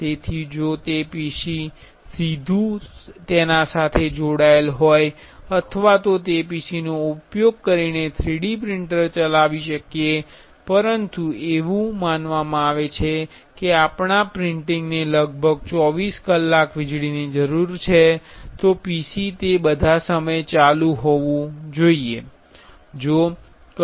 તેથી જો તે સીધુ PC સાથે જોડાયેલ હોય તો આપણે તે PCનો ઉપયોગ કરીને 3D પ્રિંટર ચલાવી શકીએ છીએ પરંતુ એવું માનવામાં આવે છે કે આપણા પ્રિન્ટિંગને લગભગ 24 કલાકની જરૂર છે તો PC પણ તે બધા સમયે ચાલુ હોવું જોઈએ